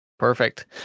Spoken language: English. Perfect